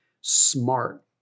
smart